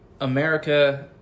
America